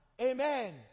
Amen